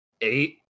eight